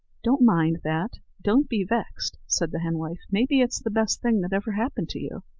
don't mind that don't be vexed, said the henwife maybe it's the best thing that ever happened to you.